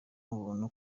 ubuntu